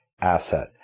asset